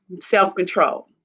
self-control